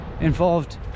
involved